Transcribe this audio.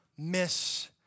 Miss